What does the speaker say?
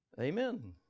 Amen